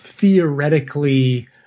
theoretically